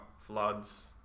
floods